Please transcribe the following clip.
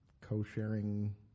co-sharing